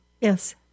Yes